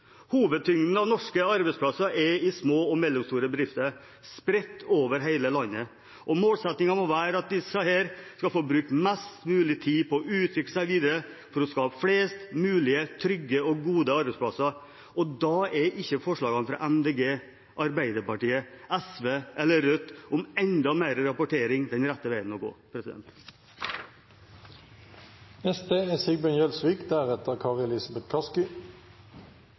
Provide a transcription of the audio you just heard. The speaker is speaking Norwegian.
Hovedtyngden av norske arbeidsplasser er i små og mellomstore bedrifter, spredt over hele landet, og målsettingen må være at disse skal få bruke mest mulig tid på å utvikle seg videre, for å skape flest mulig trygge og gode arbeidsplasser. Da er ikke forslaget fra Miljøpartiet De Grønne, Arbeiderpartiet, SV og Rødt, om enda mer rapportering, den rette veien å gå. Det er